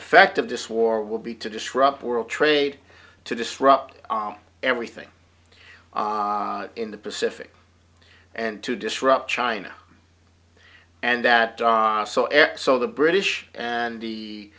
effect of this war will be to disrupt world trade to disrupt everything in the pacific and to disrupt china and that dar so x so the british and the